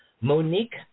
Monique